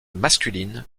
masculine